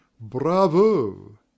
bravo